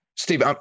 Steve